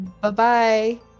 Bye-bye